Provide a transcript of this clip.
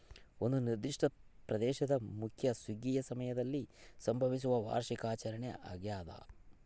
ಒಂದು ನಿರ್ದಿಷ್ಟ ಪ್ರದೇಶದ ಮುಖ್ಯ ಸುಗ್ಗಿಯ ಸಮಯದಲ್ಲಿ ಸಂಭವಿಸುವ ವಾರ್ಷಿಕ ಆಚರಣೆ ಆಗ್ಯಾದ